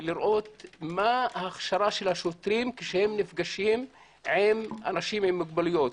לראות מה הכשרת השוטרים כשהם נפגשים עם אנשים עם מוגבלויות,